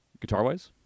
Guitar-wise